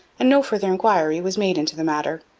and no further enquiry was made into the matter